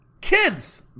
Kids